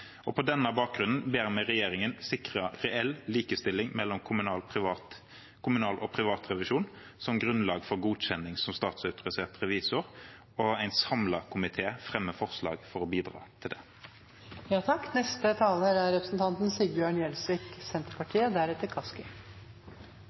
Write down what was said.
På denne bakgrunnen ber vi regjeringen sikre reell likestilling mellom kommunal og privat revisjon som grunnlag for godkjenning som statsautorisert revisor, og en samlet komité fremmer forslag for å bidra til det. Det er viktig, som representanten